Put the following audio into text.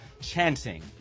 chanting